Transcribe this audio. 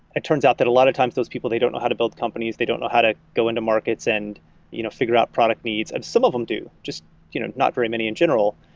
it turns out that a lot of times, those people, they don't know how to build companies, they don't know how to go into markets and you know figure out product needs. some of them do, just you know not very many in general.